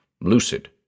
lucid